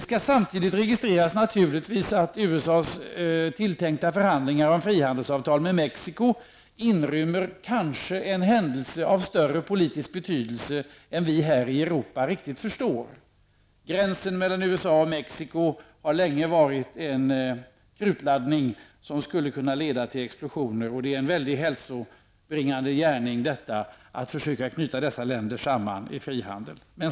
Samtidigt skall det registreras att USAs tilltänkta förhandlingar om frihandelsavtal med Mexico inrymmer kanske en händelse av större politisk betydelse än vi här i Europa riktigt förstår. Gränsen mellan USA och Mexico har länge varit en krutladdning som skulle kunna leda till explosioner. Det är en hälsobringande gärning att få knyta dessa länder samman med ett frihandelsavtal.